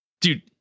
dude